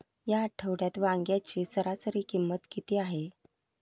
या आठवड्यात वांग्याची सरासरी किंमत किती आहे?